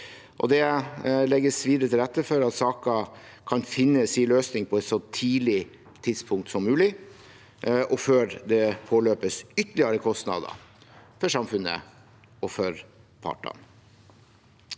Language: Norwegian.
Det legges videre til rette for at saker kan finne sin løsning på et så tidlig tidspunkt som mulig og før det påløper ytterligere kostnader for samfunnet og for partene.